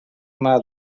germà